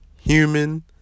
Human